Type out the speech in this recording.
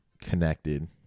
connected